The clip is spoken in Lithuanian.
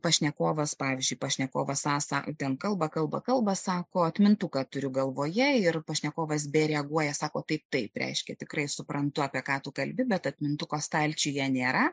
pašnekovas pavyzdžiui pašnekovas a ten kalba kalba kalba sako atmintuką turiu galvoje ir pašnekovas b reaguoja sako taip tai reiškia tikrai suprantu apie ką tu kalbi bet atmintuko stalčiuje nėra